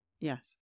Yes